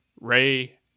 Ray